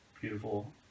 beautiful